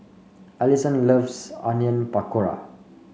Allison loves Onion Pakora